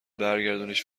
برگردونیش